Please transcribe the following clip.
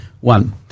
one